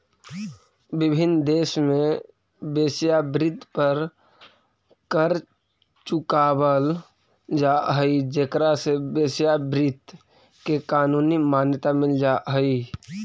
विभिन्न देश में वेश्यावृत्ति पर कर चुकावल जा हई जेकरा से वेश्यावृत्ति के कानूनी मान्यता मिल जा हई